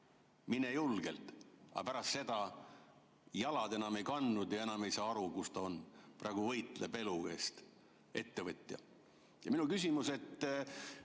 mine julgelt. Aga pärast seda jalad enam ei kandnud ja ta enam ei saa aru, kus ta on. Praegu võitleb elu eest. Ettevõtja. Minu küsimus on,